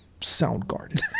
Soundgarden